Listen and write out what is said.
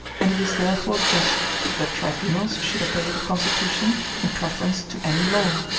and it is therefore just that the tribunals should obey the constitution in preference to any law.